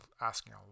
asking